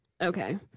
okay